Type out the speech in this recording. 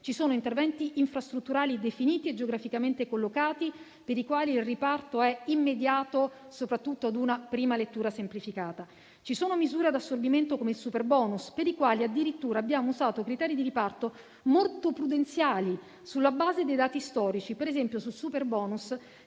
Ci sono interventi infrastrutturali definiti e geograficamente collocati, per i quali il riparto è immediato, soprattutto ad una prima lettura semplificata. Ci sono misure ad assorbimento come il superbonus, per i quali addirittura abbiamo usato criteri di riparto molto prudenziali, sulla base dei dati storici. Per esempio, per il superbonus